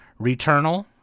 Returnal